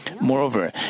Moreover